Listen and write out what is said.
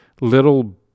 little